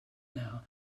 now